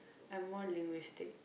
I'm more linguistic